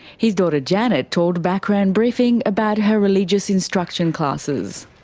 his daughter janet told background briefing about her religious instruction classes.